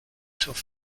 tough